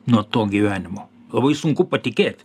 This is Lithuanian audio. nuo to gyvenimo labai sunku patikėt